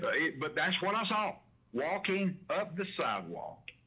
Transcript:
but but that's what i saw walking up the sidewalk,